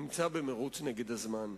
נמצא במירוץ נגד הזמן.